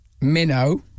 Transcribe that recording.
Minnow